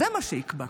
זה מה שיקבע,